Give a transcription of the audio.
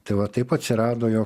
tai va taip atsirado jo